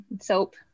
soap